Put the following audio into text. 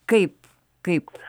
kaip kaip